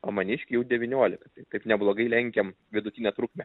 o maniškiui jau devyniolika taip neblogai lenkiam vidutinę trukmę